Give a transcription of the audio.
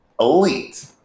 Elite